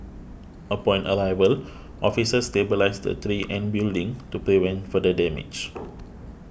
upon arrival officers stabilised the tree and building to prevent further damage